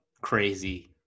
crazy